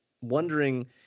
wondering